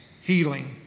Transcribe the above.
healing